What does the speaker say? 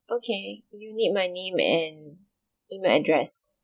okay do you need my name and email address